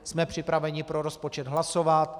Jsme připraveni pro rozpočet hlasovat.